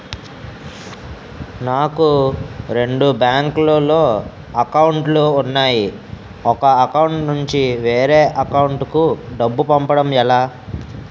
నాకు రెండు బ్యాంక్ లో లో అకౌంట్ లు ఉన్నాయి ఒక అకౌంట్ నుంచి వేరే అకౌంట్ కు డబ్బు పంపడం ఎలా?